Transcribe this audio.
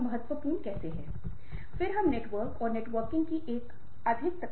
विवरण के लिए आप इस आकृति को देखे